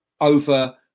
over